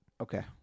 Okay